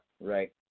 right